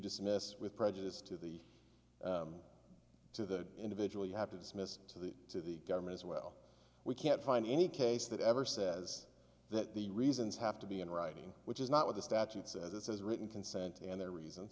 dismiss with prejudice to the to the individual you have to dismiss to the to the government's well we can't find any case that ever says that the reasons have to be in writing which is not what the statute says this is written consent and there are reason